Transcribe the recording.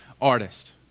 artist